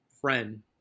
friend